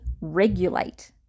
regulate